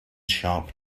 sharp